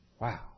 Wow